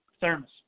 thermos